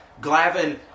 Glavin –